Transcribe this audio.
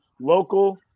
local